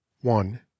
one